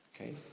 Okay